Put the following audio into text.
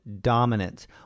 dominance